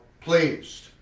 pleased